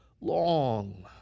long